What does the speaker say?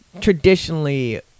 traditionally